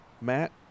Matt